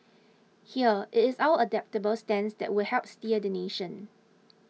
here it is our adaptable stance that will help steer the nation